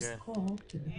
את אחת המכות שהוא ספג אי-פעם,